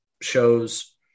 shows